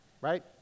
right